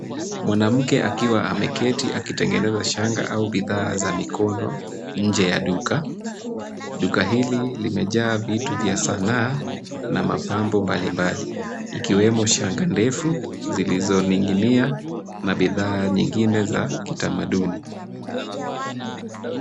Mwanamke akiwa ameketi akitingeneza shanga au bidhaa za mikono nje ya duka. Duka hili limejaa vitu vya sanaa na mapambo mbalimbali ikiwemo shanga ndefu zilizoning'inia na bidhaa nyingine za kitamaduni.